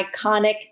iconic